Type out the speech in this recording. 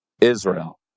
Israel